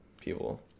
people